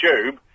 tube